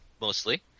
mostly